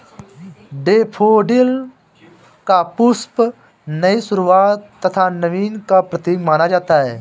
daffodil का पुष्प नई शुरुआत तथा नवीन का प्रतीक माना जाता है